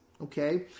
okay